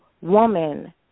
Woman